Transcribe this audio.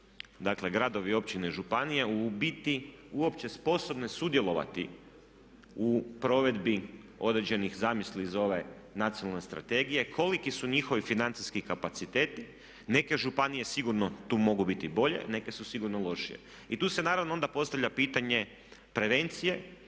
dakle gradovi, općine i županije u biti uopće sposobne sudjelovati u provedbi određenih zamisli iz ove Nacionalne strategije, koliki su njihovi financijski kapaciteti, neke županije sigurno tu mogu biti i bolje, neke su sigurno lošije. I tu se naravno onda postavlja pitanje prevencije